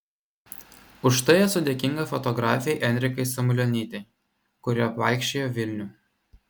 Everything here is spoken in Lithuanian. už tai esu dėkinga fotografei enrikai samulionytei kuri apvaikščiojo vilnių